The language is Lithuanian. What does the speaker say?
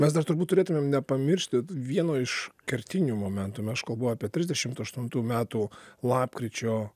mes dar turbūt turėtumėm nepamiršti vieno iš kertinių momentų aš kalbu apie trisdešimt aštuntų metų lapkričio